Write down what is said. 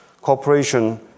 cooperation